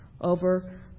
over